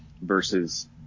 Versus